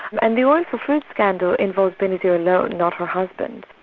and the oil for food scandal involves benazir alone, not her husband.